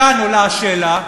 מכאן עולה השאלה,